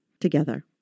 together